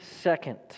second